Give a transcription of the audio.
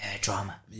Drama